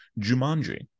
Jumanji